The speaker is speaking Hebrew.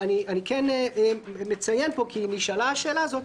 אני מציין פה כי נשאלה השאלה הזאת,